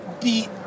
beat